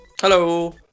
Hello